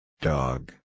Dog